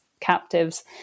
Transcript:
captives